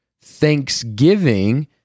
Thanksgiving